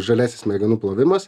žaliasis smegenų plovimas